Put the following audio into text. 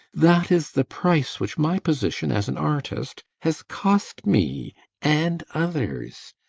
that is the price which my position as an artist has cost me and others.